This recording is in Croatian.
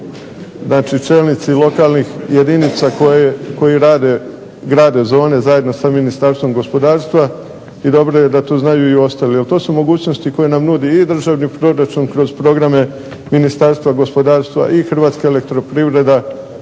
čelnici lokalnih jedinica koji rade, grade zone zajedno sa Ministarstvom gospodarstva i dobro je da to znaju i ostali. Jer to su mogućnosti koje nam nudi i državni proračun kroz programe Ministarstva gospodarstva i Hrvatska elektroprivreda